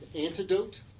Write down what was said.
antidote